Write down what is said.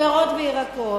פירות וירקות.